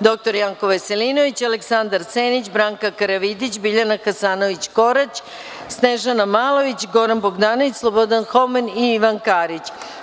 dr Janko Veselinović, Aleksandar Senić, Branka Karavidić, Biljana Hasanović Korać, Snežana Malović, Goran Bogdanović, Slobodan Homen i Ivan Karić.